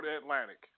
Atlantic